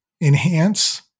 enhance